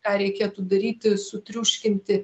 ką reikėtų daryti sutriuškinti